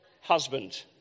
husband